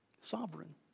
Sovereign